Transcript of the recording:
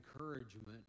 encouragement